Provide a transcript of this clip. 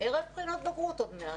ערב בחינות בגרות עוד מעט.